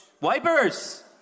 wipers